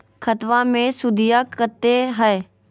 खतबा मे सुदीया कते हय?